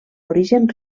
origen